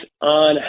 on